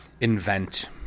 invent